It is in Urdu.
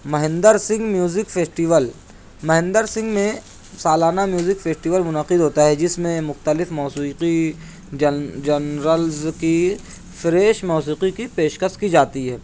مہندر سنگھ میوزک فیسٹیول مہندر سنگھ میں سالانہ میوزک فیسٹیول منعقد ہوتا ہے جس میں مختلف موسیقی جن جنرلز کی فریش موسیقی کی پیش کش کی جاتی ہے